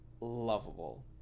lovable